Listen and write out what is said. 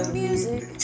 music